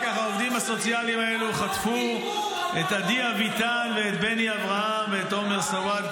העובדים הסוציאליים חטפו את עדי אביטן ואת בני אברהם ואת עומר סואעד,